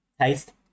taste